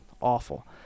awful